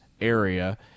area